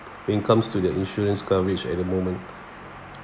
when comes to their insurance coverage at the moment